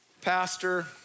pastor